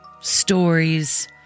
stories